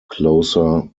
closer